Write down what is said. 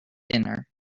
dinner